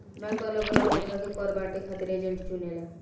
bank अलग अलग लेखा के कर बांटे खातिर एजेंट चुनेला